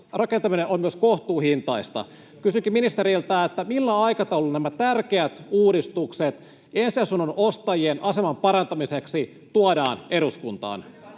rakentaminen on myös kohtuuhintaista. Kysynkin ministeriltä: Millä aikataululla nämä tärkeät uudistukset ensiasunnon ostajien aseman parantamiseksi tuodaan eduskuntaan?